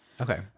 Okay